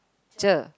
cher